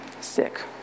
sick